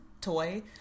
toy